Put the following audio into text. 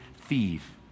thief